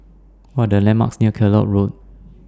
What Are The landmarks near Kellock Road